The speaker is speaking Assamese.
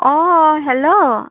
অঁ হেল্ল'